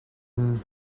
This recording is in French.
une